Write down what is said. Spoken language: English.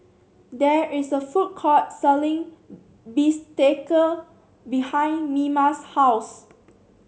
there is a food court selling bistake behind Mima's house